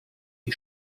die